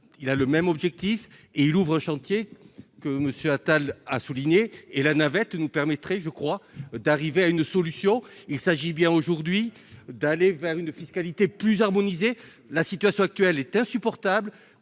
il a le même objectif et il ouvre un chantier que Monsieur Attal a souligné et la navette nous permettrait, je crois, d'arriver à une solution, il s'agit bien aujourd'hui d'aller vers une fiscalité plus harmonisée, la situation actuelle est insupportable,